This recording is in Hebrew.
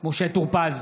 משה טור פז,